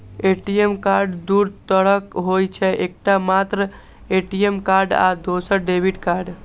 ATM card दू तरहक होइ छै, एकटा मात्र ए.टी.एम कार्ड आ दोसर डेबिट कार्ड